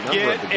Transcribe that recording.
get